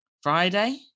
Friday